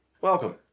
Welcome